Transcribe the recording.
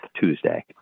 Tuesday